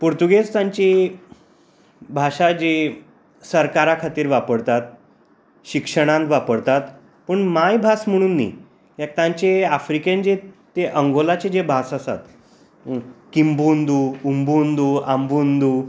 पुर्तुगीज तांची भाशा जी सरकारा खातीर वापरतात शिक्षणांत वापरतात पूण मायभास म्हणून न्ही हे तांचे आफ्रिकेंत जी ती अंगोलाची जी भास आसा किमबोंदु ओबोंदु आबोंदु